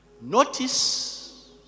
notice